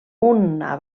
una